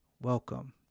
Welcome